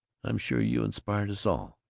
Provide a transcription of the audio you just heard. i'm sure you inspired us all.